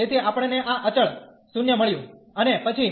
તેથી આપણ ને આ અચળ 0 મળ્યું અને પછી